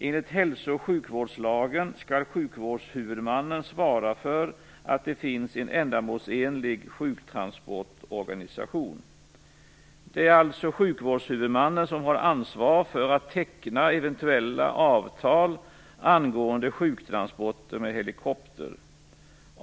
Enligt hälso och sjukvårdslagen skall sjukvårdshuvudmannen svara för att det finns en ändamålsenlig sjuktransportorganisation. Det är alltså sjukvårdshuvudmannen som har ansvar för att teckna eventuella avtal angående sjuktransporter med helikopter.